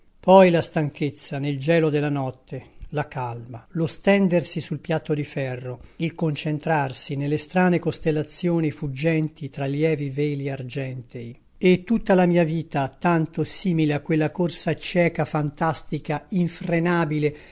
poi la stanchezza nel gelo della notte la calma lo stendersi sul piatto di ferro il concentrarsi nelle strane costellazioni fuggenti tra lievi veli argentei e tutta la mia vita tanto simile a quella corsa cieca fantastica infrenabile che